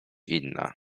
inna